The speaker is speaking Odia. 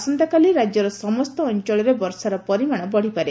ଆସନ୍ତାକାଲି ରାଜ୍ୟର ସମସ୍ତ ଅଞ୍ଞଳରେ ବର୍ଷାର ପରିମାଶ ବଢିପାରେ